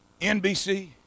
NBC